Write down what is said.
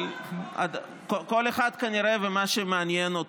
אבל כנראה כל אחד ומה שמעניין אותו.